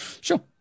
sure